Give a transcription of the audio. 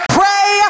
pray